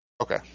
Okay